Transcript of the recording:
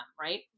right